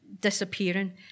disappearing